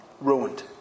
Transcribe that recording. Ruined